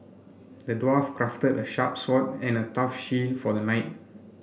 the dwarf crafted a sharp sword and a tough shield for the knight